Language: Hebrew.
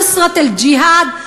אוּסרת אל-ג'יהאד,